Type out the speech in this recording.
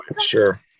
Sure